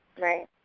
Right